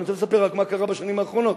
אני רוצה לספר רק מה קרה בשנים האחרונות,